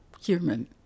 human